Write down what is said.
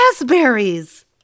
Raspberries